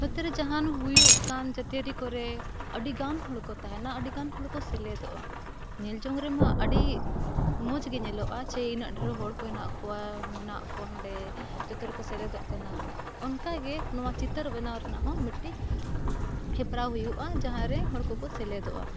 ᱱᱚᱛᱮ ᱨᱮ ᱡᱟᱦᱟᱱ ᱦᱩᱭᱩᱜ ᱠᱟᱱ ᱡᱟᱹᱛᱤᱭᱟᱹᱨᱤ ᱠᱚᱨᱮ ᱟᱹᱰᱤ ᱜᱟᱱ ᱦᱚᱲ ᱠᱚ ᱛᱟᱦᱮᱱᱟ ᱟᱹᱰᱤ ᱜᱟᱱ ᱦᱚᱲ ᱠᱚ ᱥᱮᱞᱮᱫᱚᱜᱼᱟ ᱧᱮᱞ ᱡᱚᱝ ᱨᱮᱢᱟ ᱟᱹᱰᱤ ᱢᱚᱡᱽ ᱜᱮ ᱧᱮᱞᱚᱜᱼᱟ ᱥᱮ ᱤᱱᱟᱹᱜ ᱰᱷᱮᱨ ᱦᱚᱲ ᱠᱚ ᱦᱮᱱᱟᱜ ᱠᱚᱣᱟ ᱢᱮᱱᱟᱜ ᱠᱚᱣᱟ ᱱᱚᱰᱮ ᱡᱚᱛᱚ ᱨᱮᱠᱚ ᱥᱮᱞᱮᱫᱚᱜ ᱠᱟᱱᱟ ᱚᱱᱠᱟᱜᱮ ᱱᱚᱣᱟ ᱪᱤᱛᱟᱹᱨ ᱵᱮᱱᱟᱣ ᱨᱮᱱᱟᱜ ᱦᱚᱸ ᱢᱤᱫᱴᱤᱡ ᱦᱮᱯᱨᱟᱣ ᱦᱩᱭᱩᱜᱼᱟ ᱡᱟᱦᱟᱸᱨᱮ ᱦᱚᱲ ᱠᱚᱠᱚ ᱥᱮᱞᱮᱫᱚᱜᱼᱟ